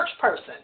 person